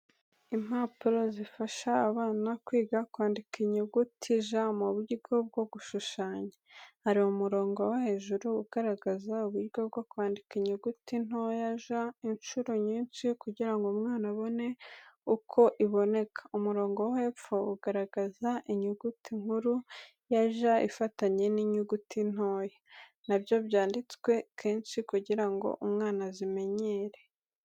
Impapuro zifasha abana kwiga kwandika inyuguti “J j” mu buryo bwo gushushanya. Hari umurongo wo hejuru ugaragaza uburyo bwo kwandika inyuguti ntoya j inshuro nyinshi kugira ngo umwana abone uko iboneka. Umurongo wo hepfo ugaragaza inyuguti nkuru 'J' ifatanye n’inyuguti ntoya 'j' , nabyo byanditswe kenshi ngo umwana azimenyerere.